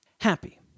happy